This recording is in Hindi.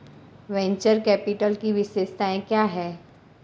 वेन्चर कैपिटल की विशेषताएं क्या हैं?